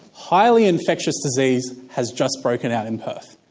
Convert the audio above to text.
highly infectious disease has just broken out in perth.